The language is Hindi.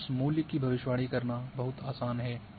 और उस मूल्य की भविष्यवाणी करना बहुत आसान है